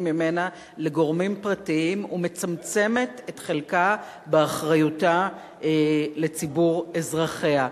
ממנה לגורמים פרטיים ומצמצמת את חלקה באחריותה לציבור אזרחיה.